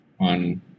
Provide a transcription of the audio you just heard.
on